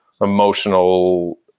emotional